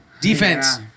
Defense